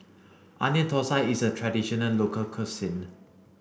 onion Thosai is a traditional local cuisine